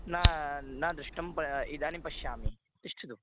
न न दृष्टं प इदानीं पश्यामि तिष्ठतु